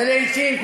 ולעתים,